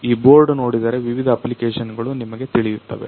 ಈ ಬೋರ್ಡ್ ನೋಡಿದರೆ ವಿವಿಧ ಅಪ್ಲಿಕೇಶನ್ಗಳು ನಿಮಗೆ ತಿಳಿಯುತ್ತವೆ